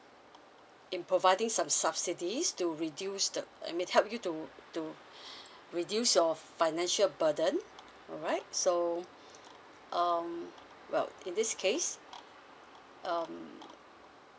in providing some subsidies to reduce the I mean help you to to reduce your financial burden right so um well in this case um